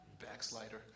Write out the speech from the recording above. Backslider